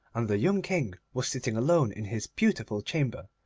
and the young king was sitting alone in his beautiful chamber.